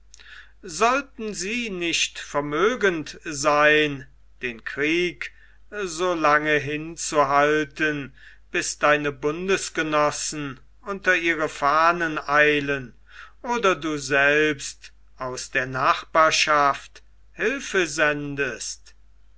sollten sie nicht vermögend sein den krieg so lange hinzuhalten bis deine bundsgenossen unter ihre fahnen eilen oder du selbst aus der nachbarschaft hilfe sendest